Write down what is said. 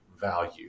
value